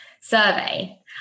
survey